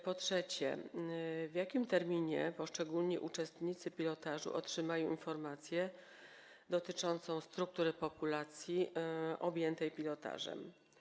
Po trzecie, w jakim terminie poszczególni uczestnicy pilotażu otrzymają informację dotyczącą struktury populacji objętej pilotażem?